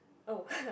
oh